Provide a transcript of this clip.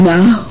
Now